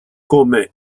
come